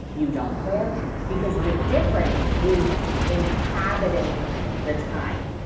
you don't care because the difference is inhabiting the time,